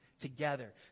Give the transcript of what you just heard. together